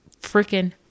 freaking